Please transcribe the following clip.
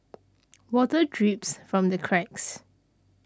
water drips from the cracks